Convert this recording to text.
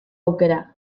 aukera